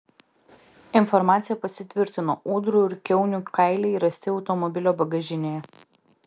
informacija pasitvirtino ūdrų ir kiaunių kailiai rasti automobilio bagažinėje